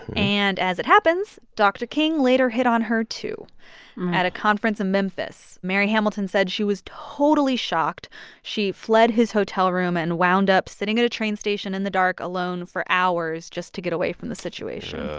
and as it happens, dr. king later hit on her too at a conference in memphis. mary hamilton said she was totally shocked. she fled his hotel room and wound up sitting at a train station in the dark alone for hours just to get away from the situation.